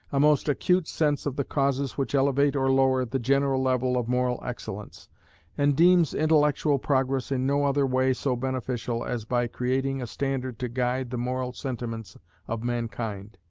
a most acute sense of the causes which elevate or lower the general level of moral excellence and deems intellectual progress in no other way so beneficial as by creating a standard to guide the moral sentiments of mankind,